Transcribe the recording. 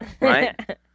Right